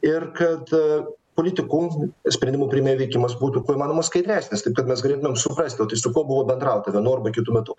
ir kad politikų sprendimų priėmėjų veikimas būtų kuo įmanoma skaidresnis taip kad mes galėtumėm suprasti o tai su kuo buvo bendrauta vienu arba kitu metu